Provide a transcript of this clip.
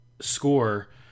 score